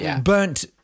burnt